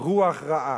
רוח רעה.